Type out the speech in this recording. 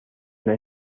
una